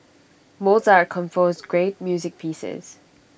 Mozart composed great music pieces